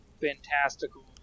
fantastical